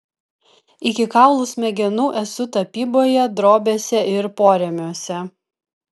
iki kaulų smegenų esu tapyboje drobėse ir porėmiuose